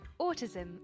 Autism